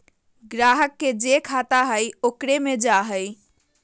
ग्राहक के जे खाता हइ ओकरे मे जा हइ